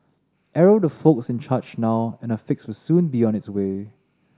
arrow the folks in charge now and a fix will soon be on its way